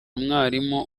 umwarimu